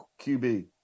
QB